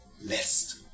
list